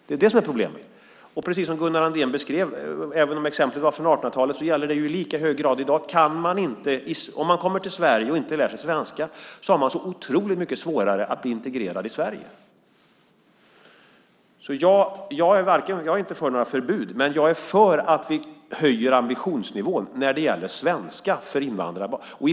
Det är det som är problemet. Även om Gunnar Andréns exempel var från 1800-talet gäller det i lika hög grad i dag. Om man kommer till Sverige och inte lär sig svenska har man otroligt mycket svårare att bli integrerad i Sverige. Jag är inte för några förbud, men jag är för att vi höjer ambitionsnivån när det gäller svenska för invandrarbarn.